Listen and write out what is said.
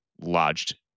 lodged